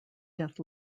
death